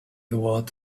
what